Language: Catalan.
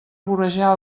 vorejar